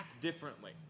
differently